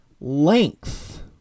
length